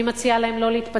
אני מציעה להם לא להתפצל,